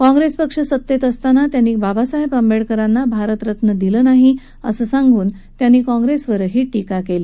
काँग्रस्त पक्ष सत्तत असताना त्यांनी बाबासाहब आंबहकरांना भारतरत्न दिलं नाही असं सांगून त्यांनी काँग्रस्तीपक्षावरही यावळी टीका कली